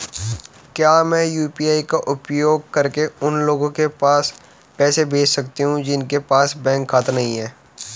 क्या मैं यू.पी.आई का उपयोग करके उन लोगों के पास पैसे भेज सकती हूँ जिनके पास बैंक खाता नहीं है?